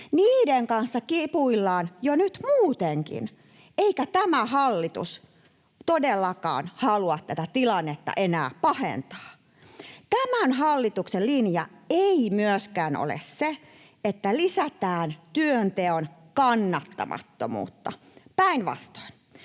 Niiden kanssa kipuillaan jo nyt muutenkin, eikä tämä hallitus todellakaan halua tätä tilannetta enää pahentaa. Tämän hallituksen linja ei myöskään ole se, että lisätään työnteon kannattamattomuutta, päinvastoin.